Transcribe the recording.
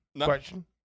Question